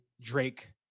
Drake